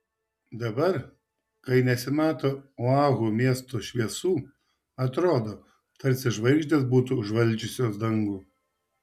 dabar kai nesimato oahu miesto šviesų atrodo tarsi žvaigždės būtų užvaldžiusios dangų